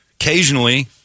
Occasionally